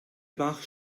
bach